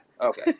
Okay